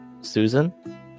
Susan